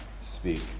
speak